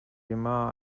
llamar